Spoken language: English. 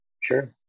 Sure